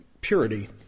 purity